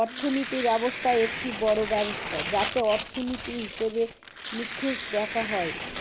অর্থনীতি ব্যবস্থা একটি বড়ো ব্যবস্থা যাতে অর্থনীতির, হিসেবে নিকেশ দেখা হয়